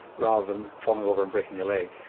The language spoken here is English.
rather than falling over and breaking your leg?